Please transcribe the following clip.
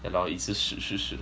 yeah lor its 事实事实